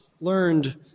learned